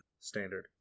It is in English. standard